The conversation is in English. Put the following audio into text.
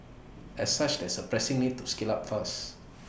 as such there is A pressing need to scale up fast